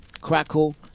crackle